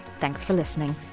thanks for listening